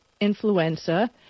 influenza